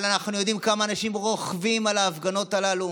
אבל אנחנו יודעים כמה אנשים רוכבים על ההפגנות הללו